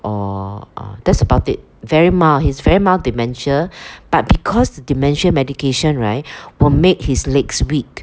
or uh that's about it very mild he's very mild dementia but because dementia medication right will make his legs week